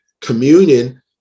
communion